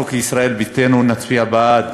אנחנו, כישראל ביתנו, נצביע בעד